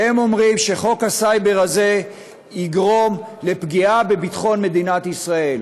והם אומרים שחוק הסייבר הזה יגרום לפגיעה בביטחון מדינת ישראל.